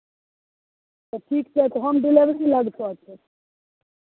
ठीक छै तऽ होम डिलिवरी लगतौ तब